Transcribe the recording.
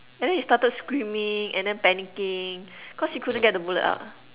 and then he started screaming and then panicking cause he couldn't get the bullet out